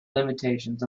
limitations